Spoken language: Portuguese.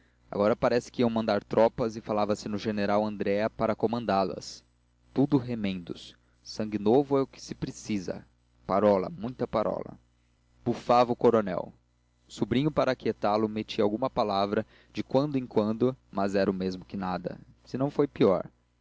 agora parece que iam mandar tropas e falava se no general andréa para comandá las tudo remendos sangue novo é o que se precisava parola muita parola bufava o coronel o sobrinho para aquietá lo metia alguma palavra de quando em quando mas era o mesmo que nada se não foi pior